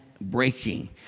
breaking